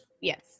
yes